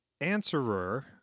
answerer